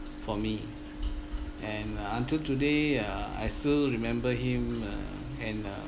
for me and uh until today uh I still remember him and uh